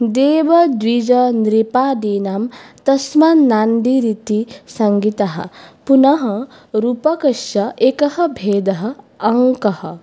देवद्विजनृपादीनां तस्मात् नान्दीरिति सङ्गीतः पुनः रूपकस्य एकः भेदः अङ्कः